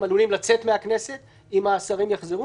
הם עלולים לצאת מהכנסת אם השרים יחזרו.